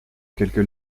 quelques